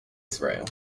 israel